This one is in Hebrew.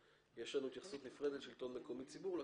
יש לנו התייחסות נפרדת בין השלטון המקומי ובין הציבור.